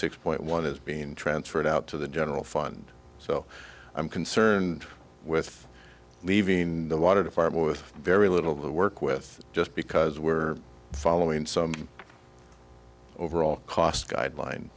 six point one is being transferred out to the general fund so i'm concerned with leaving the water to far more with very little of the work with just because we are following some overall cost guideline